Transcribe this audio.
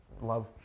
love